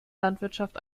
landwirtschaft